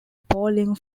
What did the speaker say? pauline